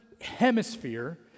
hemisphere